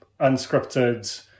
unscripted